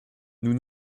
nous